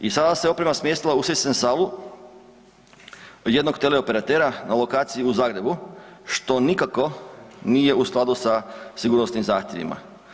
I sada se oprema smjestila u sistem salu jednog teleoperatera na lokaciji u Zagrebu što nikako nije u skladu sa sigurnosnim zahtjevima.